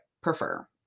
prefer